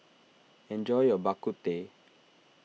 enjoy your Bak Kut Teh